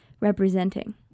representing